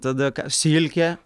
tada silkė